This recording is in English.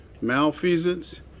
malfeasance